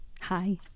Hi